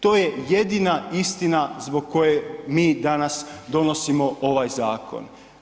To je jedina istina zbog koje mi danas donosimo ovaj zakon.